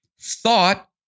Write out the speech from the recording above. thought